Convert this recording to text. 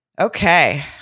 Okay